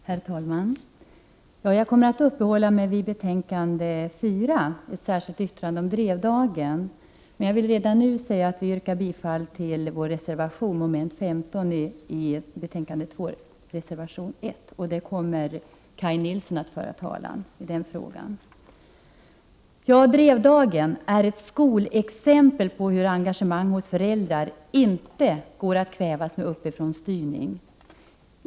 Herr talman! Jag kommer att uppehålla mig vid betänkande 4 och ett särskilt yttrande där om Drevdagen. Men jag vill redan nu yrka bifall till vår reservation 1, mom. 15 i betänkande 2. Där kommer Kaj Nilsson att föra talan. Drevdagen är ett skolexempel på hur engagemanget hos föräldrar inte går att kvävas med styrning uppifrån.